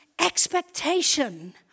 expectation